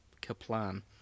Kaplan